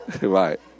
Right